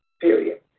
period